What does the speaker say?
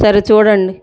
సరే చూడండి